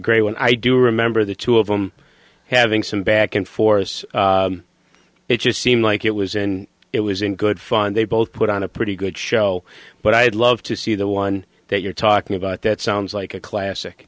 great one i do remember the two of them having some back and forth it just seemed like it was in it was in good fun they both put on a pretty good show but i'd love to see the one that you're talking about that sounds like a classic